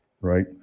right